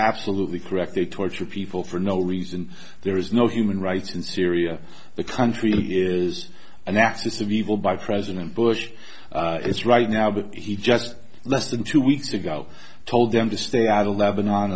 absolutely correct they torture people for no reason there is no human rights in syria the country is an axis of evil by president bush is right now but he just less than two weeks ago told them to stay out of lebanon